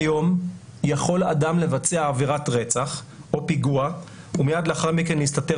כיום יכול אדם לבצע עבירת רצח או פיגוע ומיד לאחר מכן להסתתר